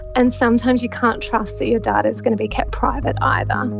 and sometimes you can't trust that your data is going to be kept private either. um